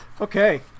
Okay